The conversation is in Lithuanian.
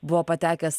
buvo patekęs